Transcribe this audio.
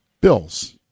Bills